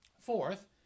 Fourth